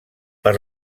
per